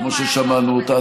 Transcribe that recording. כמו ששמענו אותה,